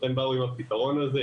הם באו עם הפתרון הזה,